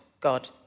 God